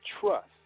trust